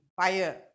fire